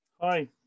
Hi